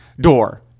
door